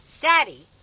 Daddy